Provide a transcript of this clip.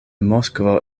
moskvo